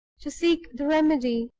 to seek the remedy.